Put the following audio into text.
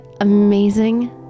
amazing